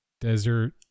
desert